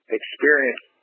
experience